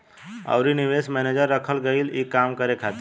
अउरी निवेश मैनेजर रखल गईल ई काम करे खातिर